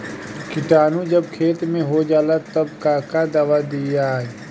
किटानु जब खेत मे होजाला तब कब कब दावा दिया?